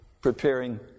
preparing